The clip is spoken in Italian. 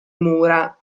mura